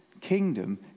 kingdom